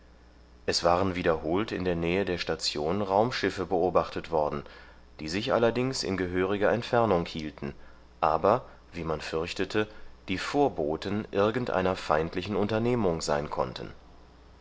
es waren wiederholt in der nähe der station raumschiffe beobachtet worden die sich allerdings in gehöriger entfernung hielten aber wie man fürchtete die vorboten irgendeiner feindlichen unternehmung sein konnten